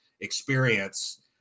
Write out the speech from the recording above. experience